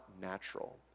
natural